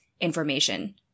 information